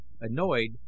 annoyed